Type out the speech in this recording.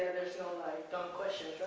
no dumb questions,